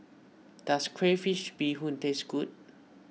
does Crayfish BeeHoon taste good